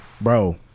Bro